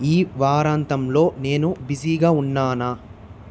ఈ వారాంతంలో నేను బిజీగా ఉన్నానా